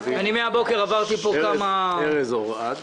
ארז אורעד,